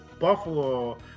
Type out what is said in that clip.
Buffalo